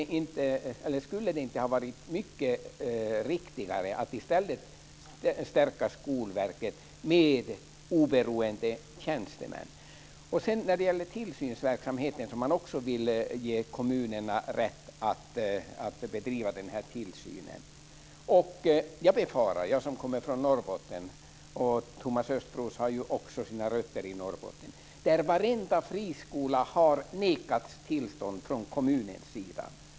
Skulle det inte ha varit mycket riktigare att i stället stärka Skolverket med oberoende tjänstemän? Man vill ge kommunerna rätt att bedriva tillsynsverksamhet. Jag kommer från Norrbotten - Thomas Östros har också sina rötter där - och där har varenda friskola nekats tillstånd från kommunen.